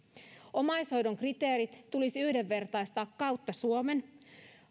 omaishoidon kriteerit tulisi yhdenvertaistaa kautta suomen